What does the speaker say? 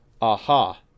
aha